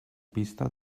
pista